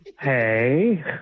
Hey